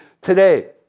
today